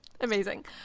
Amazing